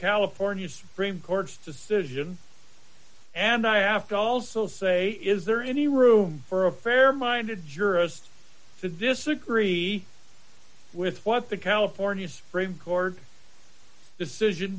california supreme court's decision and i have to also say is there any room for a fair minded jurist to disagree with what the california supreme court decision